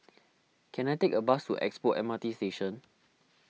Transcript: can I take a bus to Expo M R T Station